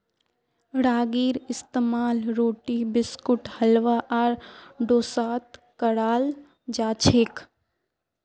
रागीर इस्तेमाल रोटी बिस्कुट हलवा आर डोसात कराल जाछेक